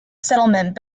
settlement